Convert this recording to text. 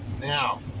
Now